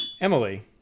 Emily